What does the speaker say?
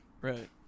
Right